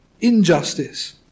injustice